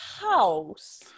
house